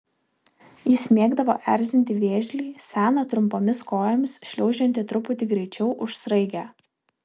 jis mėgdavo erzinti vėžlį seną trumpomis kojomis šliaužiantį truputį greičiau už sraigę